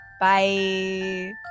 Bye